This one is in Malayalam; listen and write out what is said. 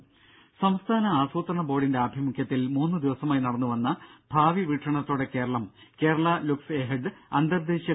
രുഭ സംസ്ഥാന ആസൂത്രണ ബോർഡിന്റെ ആഭിമുഖ്യത്തിൽ മൂന്നു ദിവസമായി നടന്നുവന്ന ഭാവിവീക്ഷണത്തോടെ കേരളം കേരള ലുക്ക്സ് എഹെഡ് അന്തർദേശീയ കോൺഫറൻസ് സമാപിച്ചു